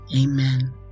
Amen